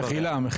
מחילה.